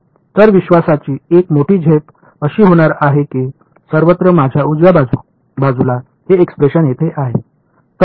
तर विश्वासाची एक मोठी झेप अशी होणार आहे की सर्वत्र माझ्या उजव्या बाजूला हे एक्सप्रेशन येथे आहे